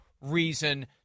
reason